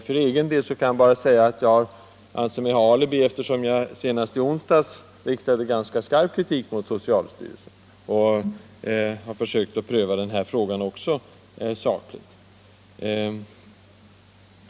För egen del anser jag mig ha alibi, eftersom jag senast i onsdags riktade ganska skarp kritik mot socialstyrelsen, och jag har försökt pröva också denna fråga sakligt.